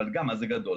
אבל מה זה גדול?